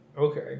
Okay